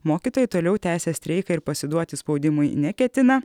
mokytojai toliau tęsia streiką ir pasiduoti spaudimui neketina